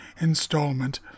installment